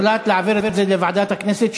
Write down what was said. הוחלט להעביר את זה לוועדת הכנסת,